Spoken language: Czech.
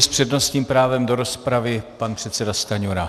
S přednostním právem do rozpravy pan předseda Stanjura.